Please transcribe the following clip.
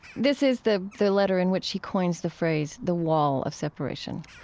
this is the the letter in which he coins the phrase, the wall of separation.